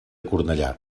cornellà